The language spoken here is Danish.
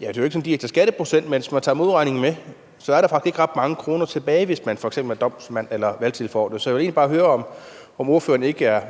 det er ikke sådan lige efter skatteprocent, men hvis man tager modregningen med, er der faktisk ikke ret mange kroner tilbage, hvis man f.eks. er domsmand eller valgtilforordnet. Så jeg vil egentlig bare høre, om ordføreren ikke